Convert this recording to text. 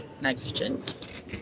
negligent